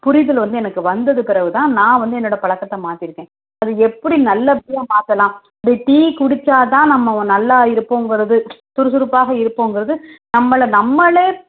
புரிதல் வந்து எனக்கு வந்ததுப்பெறகு தான் நான் வந்து என்னோடய பழக்கத்த மாற்றிருக்கேன் அப்புறம் எப்படி நல்லபடியாக மாற்றலாம் இந்த டீ குடித்தாத்தான் நம்ம நல்லா இருப்போங்கிறது சுறுசுறுப்பாக இருப்போம்கிறது நம்மளை நம்மளே